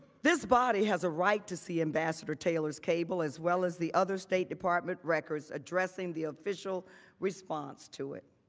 this body has a right to see investor taylor's cable as well as the other state department records addressing the official response to it.